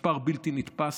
מספר בלתי נתפס,